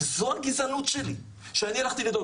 זו הגזענות שלי, שאני הלכתי ---.